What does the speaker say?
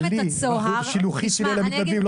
השילוחית שלי על המתנדבים,